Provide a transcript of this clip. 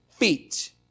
feet